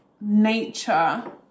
nature